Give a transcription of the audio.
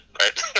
right